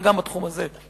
וגם בתחום הזה.